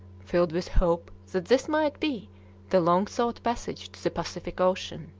filled with hope that this might be the long-sought passage to the pacific ocean.